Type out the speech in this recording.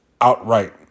outright